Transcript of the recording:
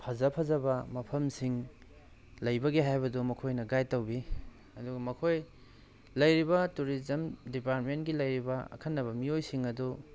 ꯐꯖ ꯐꯖꯕ ꯃꯐꯝꯁꯤꯡ ꯂꯩꯕꯒꯦ ꯍꯥꯏꯕꯗꯣ ꯃꯈꯣꯏꯅ ꯒꯥꯏꯠ ꯇꯧꯕꯤ ꯑꯗꯨꯒ ꯃꯈꯣꯏ ꯂꯩꯔꯤꯕ ꯇꯨꯔꯤꯖꯝ ꯗꯤꯄꯥꯔꯠꯃꯦꯟꯒꯤ ꯂꯩꯔꯤꯕ ꯑꯈꯟꯅꯕ ꯃꯤꯑꯣꯏꯁꯤꯡ ꯑꯗꯨ